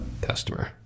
Customer